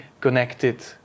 connected